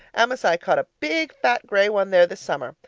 amasai caught a big, fat, grey one there this summer,